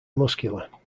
muscular